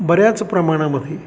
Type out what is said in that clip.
बऱ्याच प्रमाणामध्ये